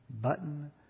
button